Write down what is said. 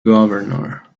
governor